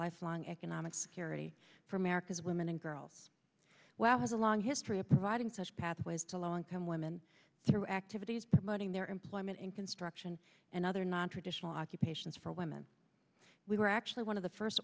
lifelong economic security for america's women and girls well has a long history of providing such pathways to low income women through activities promoting their employment in construction and other nontraditional occupations for women we were actually one of the first